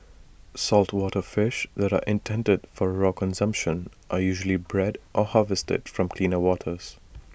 saltwater fish that are intended for raw consumption are usually bred or harvested from cleaner waters